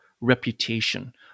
reputation